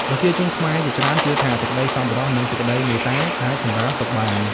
ប្រជាជនខ្មែរជាច្រើនជឿថា សេចក្តីសប្បុរស និងសេចក្តីមេត្តា អាចសម្រាលទុក្ខបាន។